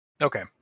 Okay